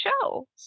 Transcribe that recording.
show